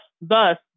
Thus